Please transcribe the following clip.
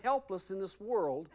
helpless in this world